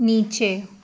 નીચે